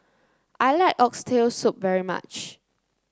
I like Oxtail Soup very much